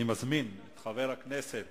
אני מזמין את חבר הכנסת